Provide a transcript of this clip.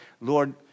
Lord